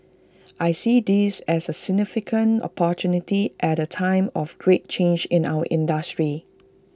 I see this as A significant opportunity at A time of great change in our industry